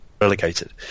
relegated